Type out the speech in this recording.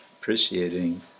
appreciating